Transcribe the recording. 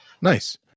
Nice